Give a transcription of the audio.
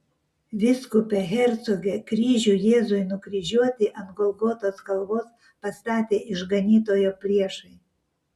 vyskupe hercoge kryžių jėzui nukryžiuoti ant golgotos kalvos pastatė išganytojo priešai